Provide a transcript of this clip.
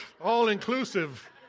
all-inclusive